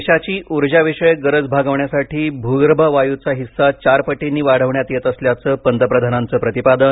देशाची उर्जाविषयक गरज भागवण्यासाठी भूगर्भ वायूचा हिस्सा चार पटींनी वाढविण्यात येत असल्याचं पंतप्रधानांचं प्रतिपादन